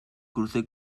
crucé